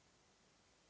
Hvala